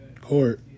court